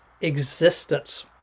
existence